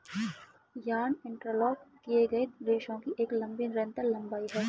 yarn interlock किए गए रेशों की एक लंबी निरंतर लंबाई है